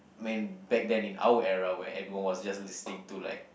I mean back then in our era when everyone was just listening to like